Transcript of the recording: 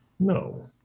No